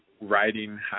writing